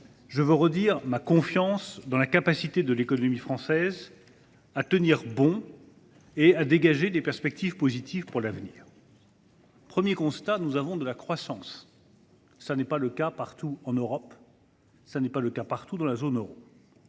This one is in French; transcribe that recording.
je veux redire ma confiance dans la capacité de l’économie française à tenir bon et dégager des perspectives positives pour l’avenir. Tout d’abord, nous avons de la croissance, ce qui n’est pas le cas partout en Europe ni dans la zone euro.